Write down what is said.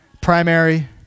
primary